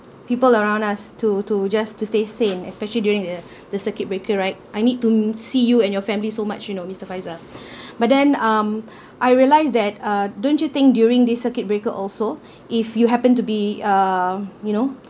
people around us to to just to stay sane especially during the the circuit breaker right I need to see you and your family so much you know mister faizal but then um I realised that uh don't you think during the circuit breaker also if you happen to be uh you know